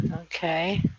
Okay